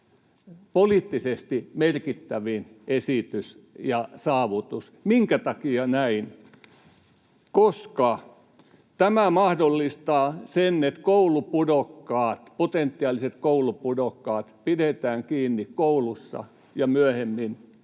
poliittisesti merkittäviin esitys ja saavutus. Minkä takia näin? Koska tämä mahdollistaa sen, että koulupudokkaat, potentiaaliset koulupudokkaat, pidetään kiinni koulussa ja myöhemmin